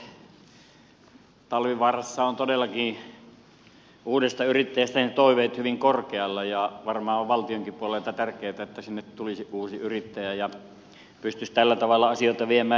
talvivaarassa ovat todellakin toiveet uudesta yrittäjästä hyvin korkealla ja varmaan on valtionkin puolella tärkeätä että sinne tulisi uusi yrittäjä ja pystyisi tällä tavalla asioita viemään eteenpäin